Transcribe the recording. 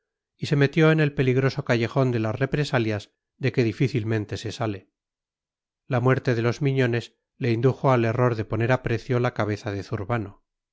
y se metió en el peligroso callejón de las represalias de que difícilmente se sale la muerte de los miñones le indujo al error de poner a precio la cabeza de zurbano